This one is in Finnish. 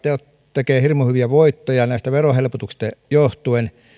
tekee hirmu hyviä voittoja näistä verohelpotuksista johtuen